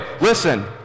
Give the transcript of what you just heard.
Listen